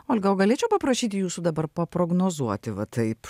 olga o galėčiau paprašyti jūsų dabar paprognozuoti va taip